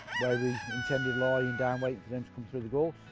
where we intended lying down, waiting for them to come through the gulf's.